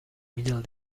middle